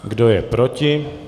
Kdo je proti?